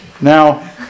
Now